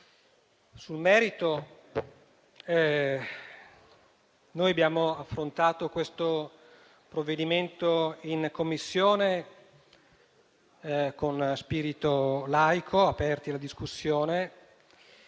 Sul merito, abbiamo affrontato questo provvedimento in Commissione con spirito laico, aperti alla discussione,